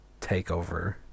takeover